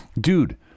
Dude